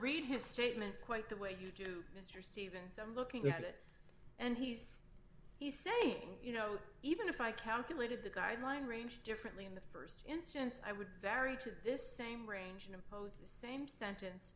read his statement quite the way you do mr stevens i'm looking at it and he's he's saying you know even if i calculated the guideline range differently in the st instance i would very to this same range and impose the same sentence